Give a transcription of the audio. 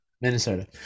Minnesota